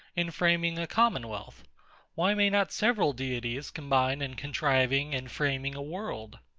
in framing a commonwealth why may not several deities combine in contriving and framing a world?